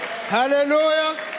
Hallelujah